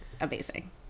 amazing